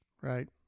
Right